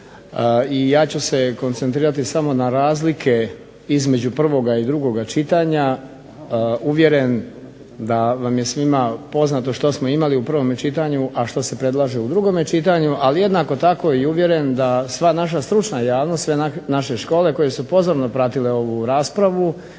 i ja ću se koncentrirati samo na razlike između prvoga i drugoga čitanja uvjeren da vam je svima poznato što smo imali u prvom čitanju, a što se predlaže u drugom čitanju, ali jednako tako i uvjeren da sva naša stručna javnost, sve naše škole koje su pozorno pratile ovu raspravu